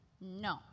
No